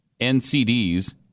NCDs